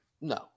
No